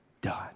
done